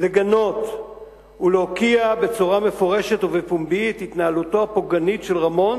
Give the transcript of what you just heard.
לגנות ולהוקיע בצורה מפורשת ובפומבי את התנהלותו הפוגענית של רמון,